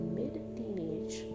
mid-teenage